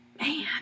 man